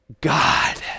God